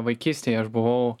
vaikystėj aš buvau